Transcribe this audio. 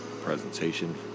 presentation